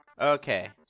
Okay